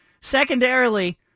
Secondarily